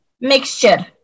mixture